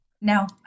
No